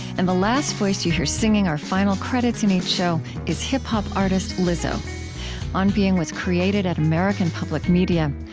and the last voice that you hear singing our final credits in each show is hip-hop artist lizzo on being was created at american public media.